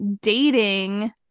dating